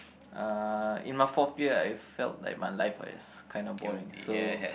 uh in my fourth year I felt like my life was kind of boring so